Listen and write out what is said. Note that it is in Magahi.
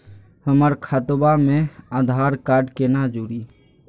हमर खतवा मे आधार कार्ड केना जुड़ी?